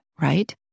right